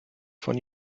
von